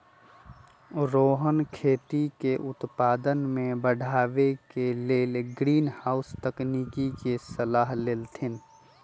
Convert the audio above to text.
रोहन खेती के उत्पादन के बढ़ावे के लेल ग्रीनहाउस तकनिक के सलाह देलथिन